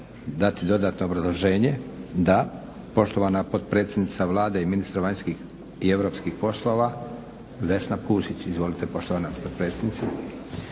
dati dodatno obrazloženje? Da. Poštovana potpredsjednica Vlade i ministra vanjskih i europskih poslova Vesna Pusić. Izvolite poštovana ministrice.